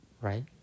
right